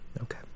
Okay